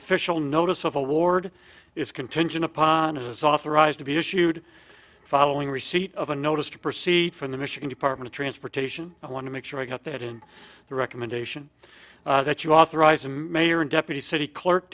official notice of award is contingent upon is authorized to be issued following receipt of a notice to proceed from the michigan department of transportation i want to make sure i got that in the recommendation that you authorized the mayor in deputy city clerk